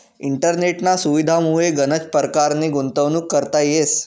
इंटरनेटना सुविधामुये गनच परकारनी गुंतवणूक करता येस